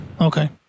Okay